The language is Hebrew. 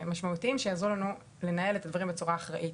משמעותיים שיעזרו לנו לנהל את הדברים בצורה אחראית.